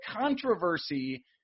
controversy